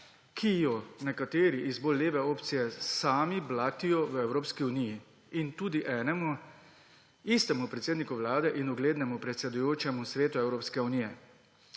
ki jo nekateri iz bolj leve opcije sami blatijo v Evropski uniji, in tudi enemu istemu predsedniku vlade in uglednemu predsedujočemu Svetu Evropske unije.